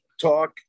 talk